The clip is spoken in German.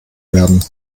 werden